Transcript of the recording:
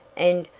and,